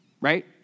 right